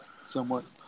somewhat